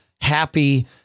happy